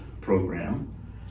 program